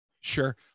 Sure